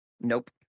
Nope